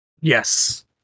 Yes